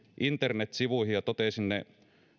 internetsivuihin ja totesin ne